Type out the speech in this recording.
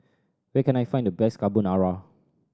where can I find the best Carbonara